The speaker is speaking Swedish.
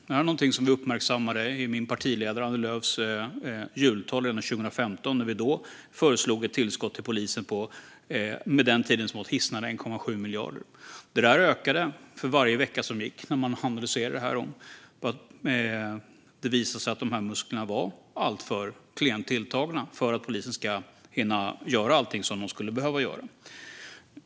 Det här är någonting som min partiledare Annie Lööf uppmärksammade i sitt jultal redan 2015 då vi föreslog ett tillskott till polisen med, med den tidens mått, hisnande 1,7 miljarder. Det där ökade för varje vecka som gick när man analyserade detta och det visade sig att musklerna är alltför klent tilltagna för att polisen ska hinna göra allting som den skulle behöva göra.